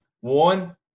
One